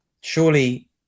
surely